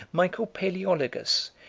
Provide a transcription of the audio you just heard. michael palaeologus,